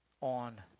on